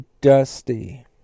Dusty